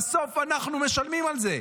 בסוף אנחנו משלמים על זה.